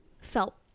felt